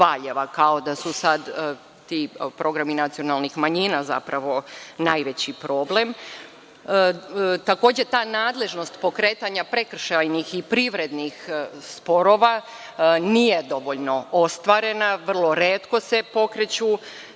kao da su sada ti programi nacionalnih manjina zapravo najveći problem. Takođe, ta nadležnost pokretanja prekršajnih i privrednih sporova nije dovoljno ostvarena. Vrlo retko se pokreću